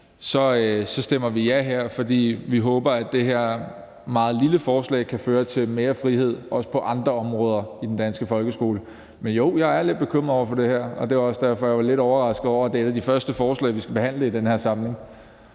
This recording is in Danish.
så stemmer vi ja her. Vi håber, at det her meget lille forslag kan føre til mere frihed, også på andre områder i den danske folkeskole. Men jo, jeg er lidt bekymret for det her, og det er også derfor, jeg var lidt overrasket over, at det er et af de første forslag, vi skal behandle i den her samling.